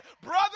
Brother